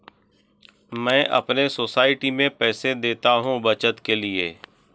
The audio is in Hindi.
मैं अपने सोसाइटी में पैसे देता हूं बचत के लिए